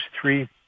three